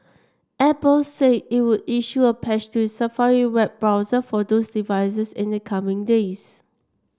Apple say it would issue a patch to its Safari web browser for those devices in the coming days